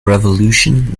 revolution